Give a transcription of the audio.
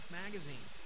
magazine